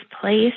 place